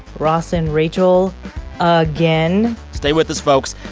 ross and rachel again? stay with us, folks.